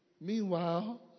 Meanwhile